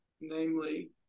namely